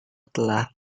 telah